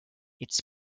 its